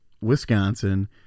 Wisconsin